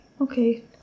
Okay